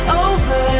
over